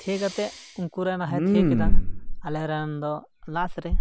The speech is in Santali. ᱛᱷᱤᱭᱟᱹ ᱠᱟᱛᱮᱫ ᱩᱱᱠᱩ ᱨᱮᱱ ᱞᱟᱦᱟᱭ ᱛᱷᱤᱭᱟᱹ ᱠᱮᱫᱟ ᱟᱞᱮ ᱨᱮᱱ ᱫᱚ ᱞᱟᱥ ᱨᱮ